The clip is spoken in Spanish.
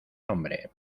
nombre